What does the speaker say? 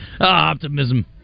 Optimism